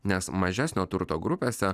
nes mažesnio turto grupėse